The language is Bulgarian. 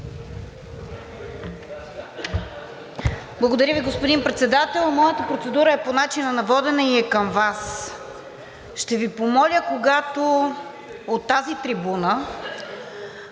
Благодаря Ви, господин Председател. Моята процедура е по начина на водене и е към Вас. Ще Ви помоля, когато от тази трибуна